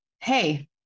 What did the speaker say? hey